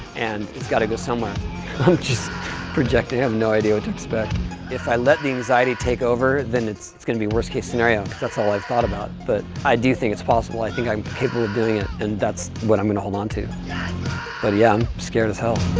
and it's got to go somewhere. i'm just projecting have no idea what to expect if i let the anxiety take over then it's it's gonna be worst-case scenario that's all i thought about but i do think it's possible i think i'm capable of doing it, and that's what i'm gonna hold on to but yeah, i'm scared as hell,